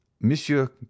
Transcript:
Monsieur